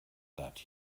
that